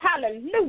Hallelujah